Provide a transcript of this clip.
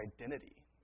identity